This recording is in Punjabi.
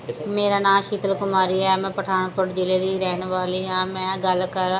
ਮੇਰਾ ਨਾਂ ਸ਼ੀਤਲ ਕੁਮਾਰੀ ਹੈ ਮੈਂ ਪਠਾਨਕੋਟ ਜ਼ਿਲ੍ਹੇ ਦੀ ਰਹਿਣ ਵਾਲੀ ਹਾਂ ਮੈਂ ਗੱਲ ਕਰਾਂ